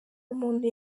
umuntu